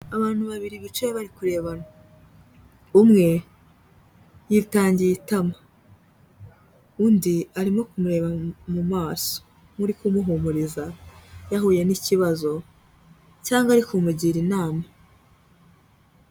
Abantu babiri bicaye bari kurebana, umwe yitangiye itama undi arimo kumureba mu maso nk'uri kumuhumuriza yahuye n'ikibazo cyangwa ari kumugira inama.